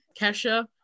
Kesha